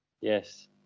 Yes